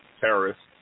terrorists